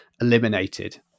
eliminated